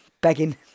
begging